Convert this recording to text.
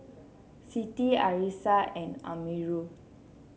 Siti Arissa and Amirul